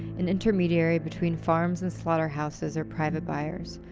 an intermediary between farms and slaughterhouses or private buyers,